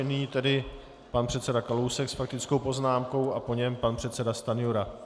Nyní tedy pan předseda Kalousek s faktickou poznámkou a po něm pan předseda Stanjura.